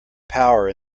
power